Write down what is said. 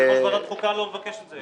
יושב-ראש ועדת חוקה לא מבקש את זה.